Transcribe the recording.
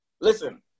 Listen